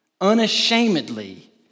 Unashamedly